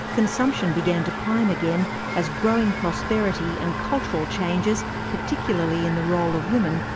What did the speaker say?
consumption began to climb again as growing prosperity and cultural changes, particularly in the role of women,